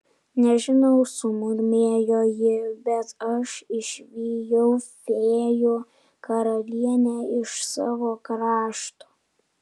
nežinau sumurmėjo ji bet aš išvijau fėjų karalienę iš savo krašto